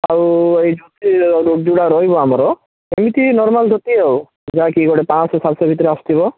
ଆଉ ଏଇ ଗୁଡ଼ାକ ରହିବ ଆମର ଏମିତି ନର୍ମାଲ୍ ଧୋତି ଆଉ ଯାହାକି ଗୋଟେ ପାଞ୍ଚ ଶହ ସାତ ଶହ ଭିତରେ ଆସଥିବ